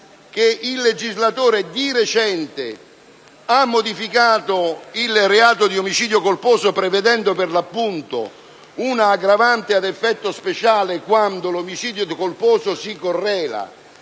il legislatore di recente ha modificato il reato di omicidio colposo prevedendo un'aggravante ad effetto speciale quando l'omicidio colposo si correla